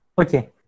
Okay